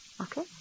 Okay